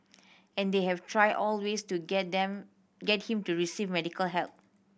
and they have tried all ways to get them get him to receive medical help